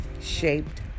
shaped